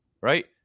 right